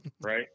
right